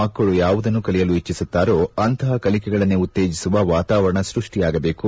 ಮಕ್ಕಳು ಯಾವುದನ್ನು ಕಲಿಯಲು ಇಚ್ಚಿಸುತ್ತಾರೋ ಅಂತಹ ಕಲಿಕೆಗಳನ್ನೇ ಉತ್ತೇಜಿಸುವ ವಾತಾವರಣ ಸೃಷ್ಠಿಯಾಗಬೇಕು